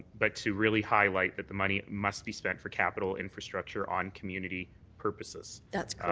but to really highlight that the money must be spent for capital infrastructure on community purposes. that's